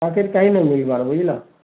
ହଁ ଫେର୍ କାଇଁ ନାଇ ବୁଝ୍ବାର୍ ବୁଝ୍ଲ